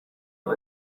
bwa